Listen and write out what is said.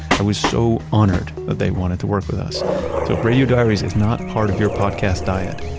i was so honored that they wanted to work with us. so if radio diaries is not part of your podcast diet.